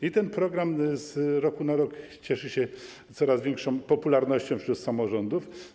I ten program z roku na rok cieszy się coraz większą popularnością wśród samorządów.